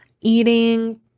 eating